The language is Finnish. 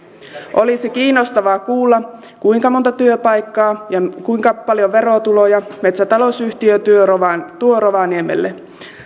olisi kiinnostavaa kuulla kuinka monta työpaikkaa ja kuinka paljon verotuloja metsätalousyhtiö tuo rovaniemelle